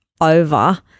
over